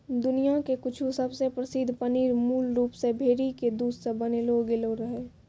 दुनिया के कुछु सबसे प्रसिद्ध पनीर मूल रूप से भेड़ी के दूध से बनैलो गेलो रहै